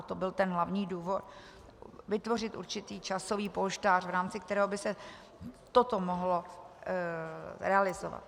To byl ten hlavní důvod vytvořit určitý časový polštář, v rámci kterého by se toto mohlo realizovat.